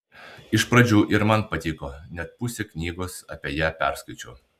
iš pradžių ir man patiko net pusę knygos apie ją perskaičiau